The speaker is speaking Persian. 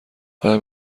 آیا